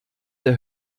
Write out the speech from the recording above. der